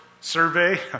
survey